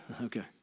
Okay